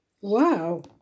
wow